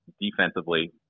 defensively